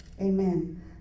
Amen